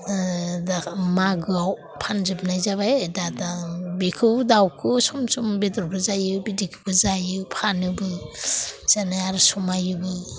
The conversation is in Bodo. दा मागोआव फानजोबनाय जाबाय दा बेखौबो दाउखौ सम सम बेदरफोर जों जायो बिदैखोबो जायो फानोबो इजानो समायोबो